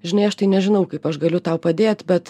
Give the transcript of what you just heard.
žinai aš tai nežinau kaip aš galiu tau padėt bet